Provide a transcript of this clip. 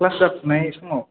class जाफुनाय समाव